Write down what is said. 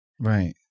Right